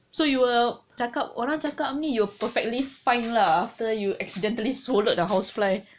so you were cakap orang cakap apa ni perfectly fine ah after you accidentally swallowed a housefly